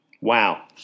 Wow